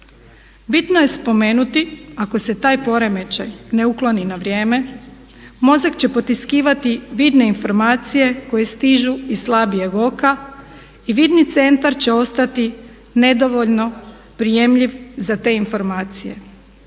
Bitno je spomenuti ako se taj poremećaj ne ukloni na vrijeme mozak će potiskivati vidne informacije koje stižu iz slabijeg oka i vidni centar će ostati nedovoljno prijemljiv za te informacije.